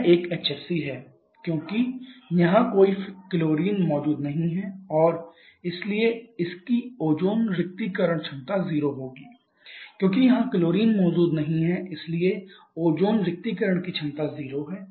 यह एक HFC है क्योंकि यहां कोई क्लोरीन मौजूद नहीं है और इसलिए इसकी ओजोन रिक्तीकरण क्षमता 0 होगी क्योंकि यहां क्लोरीन मौजूद नहीं है इसलिए ओजोन रिक्तीकरण की क्षमता 0 है